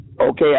Okay